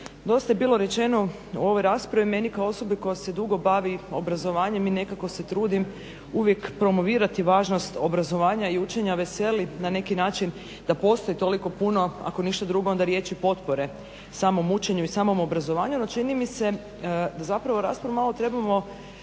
Dosta je bilo rečeno u ovoj raspravi meni kao osobi koja se dugo bavi obrazovanjem i nekako se trudim promovirati važnost obrazovanja i učenja, veselit na neki način da postoji toliko puno ako ništa drugo onda riječi potpore o samom učenju i samom obrazovanju. No čini mi se da raspravu malo trebamo